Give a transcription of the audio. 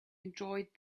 enjoyed